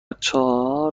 چهار